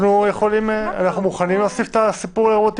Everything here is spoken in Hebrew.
אנחנו מוכנים להוסיף "לרבות תיקונים".